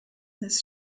this